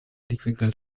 blickwinkel